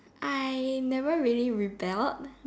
I never really rebelled